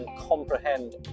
comprehend